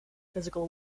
physical